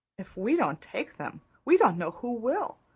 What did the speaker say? if we don't take them we don't know who will,